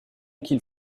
qu’il